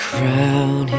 crown